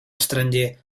estranger